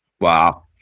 Wow